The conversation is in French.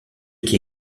qui